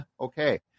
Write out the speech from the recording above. okay